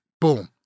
boom